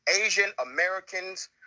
Asian-Americans